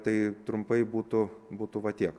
tai trumpai būtų būtų va tiek